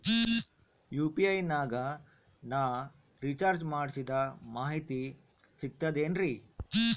UPI ನಾಗ ನಾ recharge ಮಾಡಿಸಿದ ಮಾಹಿತಿ ಸಿಕ್ತದೆ ಏನ್ರಿ?